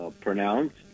pronounced